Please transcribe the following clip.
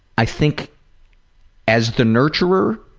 i think as the nurturer,